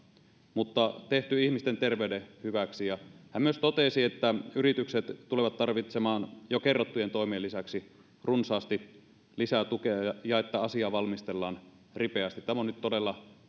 mutta tehty ihmisten terveyden hyväksi hän myös totesi että yritykset tulevat tarvitsemaan jo kerrottujen toimien lisäksi runsaasti lisää tukea ja että asia valmistellaan ripeästi tämä on nyt todella